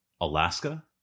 Alaska